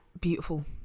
beautiful